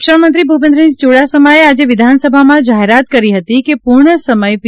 શિક્ષણમંત્રી ભુપેન્દ્રસિંહ ચુડાસમાએ આજે વિધાનસભામાં જાહેરાત કરી હતી કે પુર્ણ સમય પી